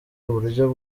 uburyo